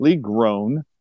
grown